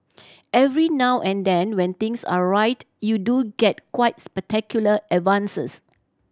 every now and then when things are right you do get quite spectacular advances